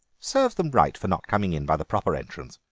serves them right for not coming in by the proper entrance.